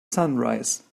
sunrise